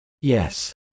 Yes